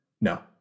no